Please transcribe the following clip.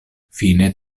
fine